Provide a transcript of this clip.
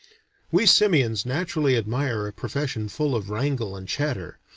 we simians naturally admire a profession full of wrangle and chatter.